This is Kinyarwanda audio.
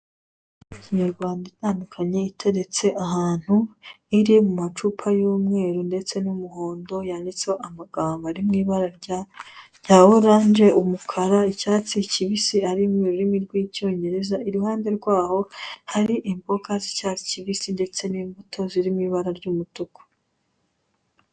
Imiti ya kinyarwanda itandukanye iteretse ahantu iri mu macupa y'umweru ndetse n'umuhondo yanditseho amagambo ari mu ibara rya oranje, umukara, icyatsi kibisi ari mu rurimi rw'Icyongereza, iruhande rwaho hari imboga z'icyatsi kibisi ndetse n'imbuto ziri mu ibara ry'umutuku.